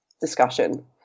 discussion